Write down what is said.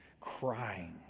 crying